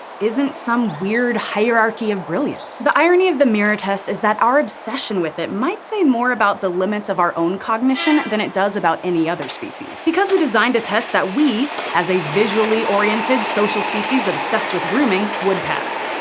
isn't some weird hierarchy of brilliance. the irony of the mirror test is that our obsession with it might say more about the limits of our own cognition than it does about any other species. because we designed a test that we as a visually-oriented, social species obsessed with grooming would pass.